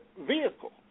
vehicle